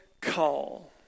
call